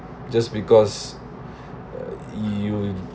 just because you